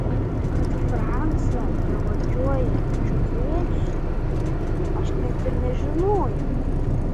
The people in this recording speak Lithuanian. kad francą pravardžiuoja džiūvėsiu aš net ir nežinojau